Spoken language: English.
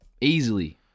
Easily